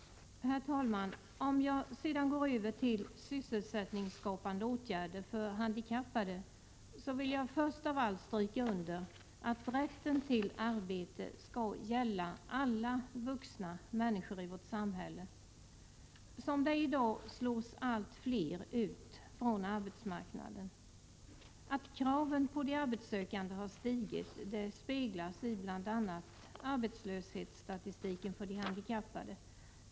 Herr talman! När jag sedan går över till att tala om sysselsättningsskapande åtgärder för handikappade vill jag först av allt stryka under att rätten till arbete skall gälla alla vuxna människor i vårt samhälle. Som det är i dag slås 93 Att kraven på de arbetssökande har stigit speglas i bl.a. arbetslöshetsstatistiken för de handikappade.